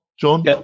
John